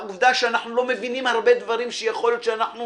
העובדה שאנחנו לא מבינים הרבה דברים שיכול להיות שאנחנו